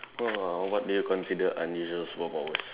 !wah! what do you consider unusual superpowers